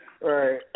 right